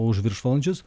už viršvalandžius